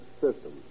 system